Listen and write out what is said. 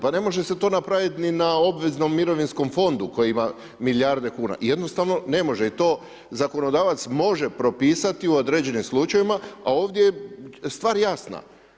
Pa ne može se to napraviti ni na obveznom mirovinskom fondu koji ima milijarde kuna, jednostavno ne može i to zakonodavac može propisati u određenim slučajevima a ovdje je stvar jasna.